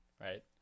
right